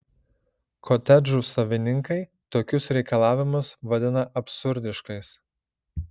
kotedžų savininkai tokius reikalavimus vadina absurdiškais